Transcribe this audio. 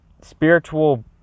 spiritual